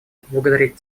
поблагодарить